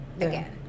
again